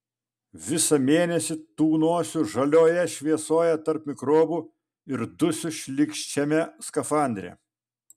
visą mėnesį tūnosiu žalioje šviesoje tarp mikrobų ir dusiu šlykščiame skafandre